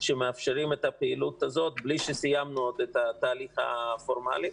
שמאפשרים את הפעילות הזאת בלי שסיימנו את התהליך הפורמלי.